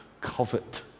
covet